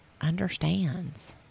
understands